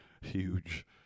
Huge